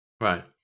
Right